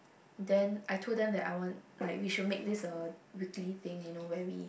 then I told them that I want like we should make this a weekly thing you know where we